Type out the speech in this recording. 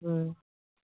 ꯎꯝ